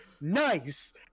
Nice